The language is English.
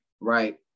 right